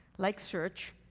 like search,